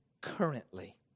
currently